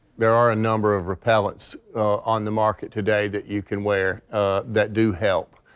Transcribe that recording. there are a number of repellants on the market today that you can wear that do help.